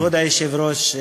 כבוד היושב-ראש,